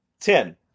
Ten